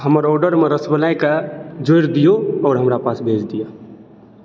हमर ऑर्डरमे रसमलाइके जोड़ि दिऔ आओर हमरा पास भेज दिअऽ